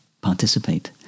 participate